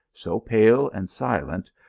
so pale and silent,